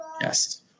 Yes